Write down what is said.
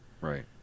Right